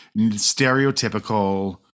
stereotypical